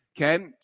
okay